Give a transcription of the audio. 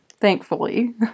thankfully